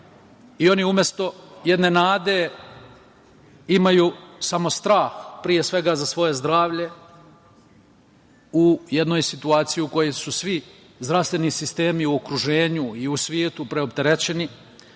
Oni umesto jedne nade imaju samo strah, pre svega za svoje zdravlje u jednoj situaciji u kojoj su svi zdravstveni sistemi u okruženju i u svetu preopterećeni